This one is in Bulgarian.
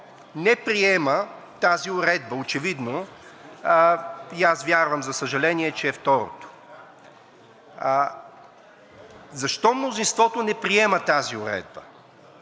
не приема тази уредба? Очевидно, и аз вярвам, за съжаление, че е второто. Защо мнозинството не приема тази уредба?